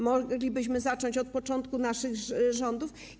Moglibyśmy zacząć od początku naszych rządów.